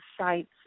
sites